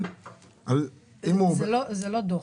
זה לא דוח.